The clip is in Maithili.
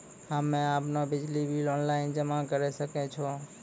हम्मे आपनौ बिजली बिल ऑनलाइन जमा करै सकै छौ?